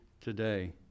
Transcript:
today